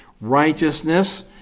righteousness